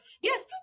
Yes